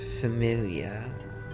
familiar